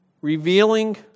revealing